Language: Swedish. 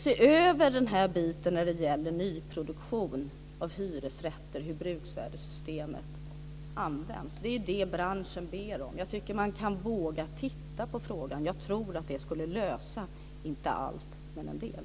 Se över den här biten när det gäller nyproduktion av hyresätter och hur bruksvärdessystemet används. Det är det branschen ber om. Jag tycker att man måste våga titta på frågan. Jag tror inte att det skulle lösa allt, men en del.